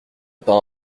pas